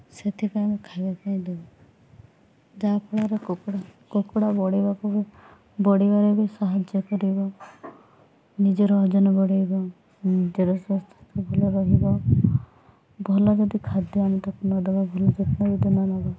ସେଥିପାଇଁ ଆମେ ଖାଇବା ପାଇଁ ଦେଉ ଯାହା ଫଳରେ କୁକୁଡ଼ା କୁକୁଡ଼ା ବଢ଼ିବାକୁ ବଢ଼ିବାରେ ବି ସାହାଯ୍ୟ କରିବ ନିଜର ଓଜନ ବଢ଼ାଇବ ନିଜର ସ୍ୱାସ୍ଥ୍ୟ ଭଲ ରହିବ ଭଲ ଯଦି ଖାଦ୍ୟ ଆମେ ତାକୁ ନଦେବା ଭଲ ଯତ୍ନ ଯଦି ନ ନେବା